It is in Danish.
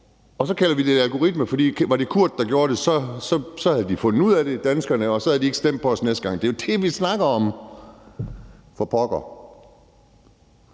Og så kalder vi det en algoritme, for var det Kurt, der gjorde det, havde danskerne fundet ud af det, og så havde de ikke stemt på os næste gang. Det er jo det, vi snakker om, for pokker.